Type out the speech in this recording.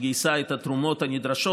שגייסה את התרומות הנדרשות.